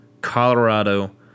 Colorado